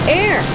air